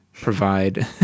provide